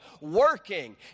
working